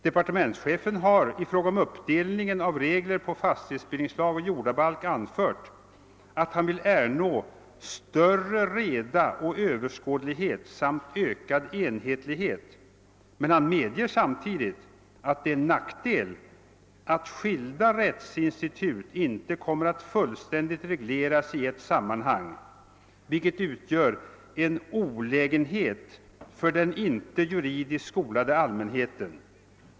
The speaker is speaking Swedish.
Departementschefen har i fråga om uppdelningen av regler på fastighetsbildningslagen och jordabalken anfört att han vill ernå »större reda och överskådlighet samt ökad enhetlighet» men han medger samtidigt att det är en nackdel att »skilda rättsinstitut inte kommer att fullständigt regleras i ett sammanhang», vilket utgör en »olägenhet för den inte juridiskt skolade allmänheten».